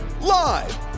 Live